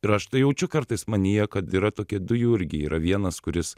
ir aš tai jaučiu kartais manyje kad yra tokie du jurgiai yra vienas kuris